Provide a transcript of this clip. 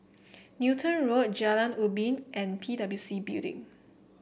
Newton Road Jalan Ubin and P W C Building